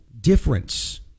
difference